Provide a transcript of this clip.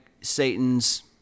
Satan's